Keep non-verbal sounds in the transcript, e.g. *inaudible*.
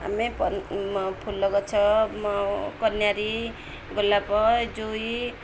ଆମେ ଫୁଲ ଗଛ *unintelligible* କନିଅର ଗୋଲାପ ଏ ଜୁଇ